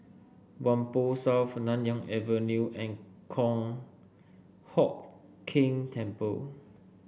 Whampoa South Nanyang Avenue and Kong Hock Keng Temple